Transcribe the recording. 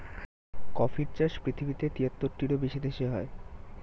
কফির চাষ পৃথিবীতে তিয়াত্তরটিরও বেশি দেশে হয়